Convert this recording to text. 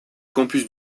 campus